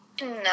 No